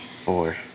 four